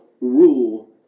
rule